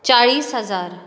चाळीस हजार